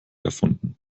erfunden